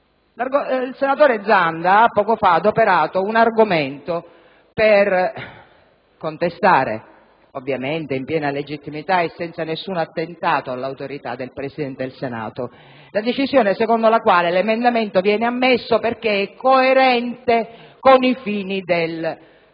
Il senatore Zanda poco fa ha adoperato un argomento per contestare, ovviamente in piena legittimità e senza nessun attentato all'autorità del Presidente del Senato, la sua decisione secondo la quale l'emendamento viene ammesso perché è coerente con i fini del